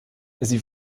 sie